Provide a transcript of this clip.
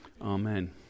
Amen